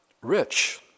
rich